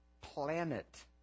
planet